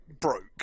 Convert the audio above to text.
broke